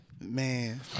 Man